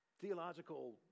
theological